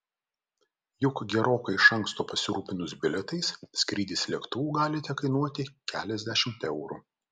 juk gerokai iš anksto pasirūpinus bilietais skrydis lėktuvu gali tekainuoti keliasdešimt eurų